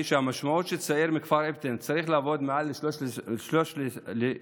המשמעות היא שצעיר מכפר אבטין צריך לעבוד מעל ל-13 שנים